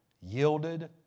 yielded